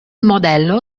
modello